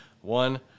One